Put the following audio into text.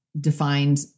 defined